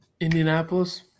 Indianapolis